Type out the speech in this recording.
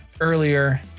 earlier